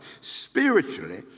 spiritually